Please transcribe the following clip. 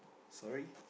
sorry